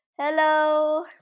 Hello